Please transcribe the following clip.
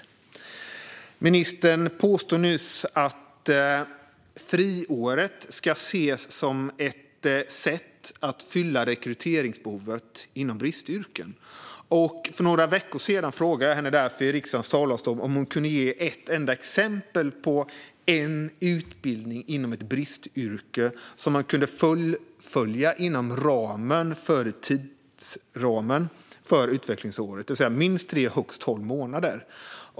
Ministern påstod nyss att friåret ska ses som ett sätt att fylla rekryteringsbehovet inom bristyrken. För några veckor sedan frågade jag henne därför i riksdagens talarstol om hon kunde ge ett enda exempel på en utbildning inom ett bristyrke som man kunde fullfölja inom tidsramen för utvecklingsåret, det vill säga minst tre och högst tolv månader.